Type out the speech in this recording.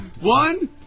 One